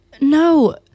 no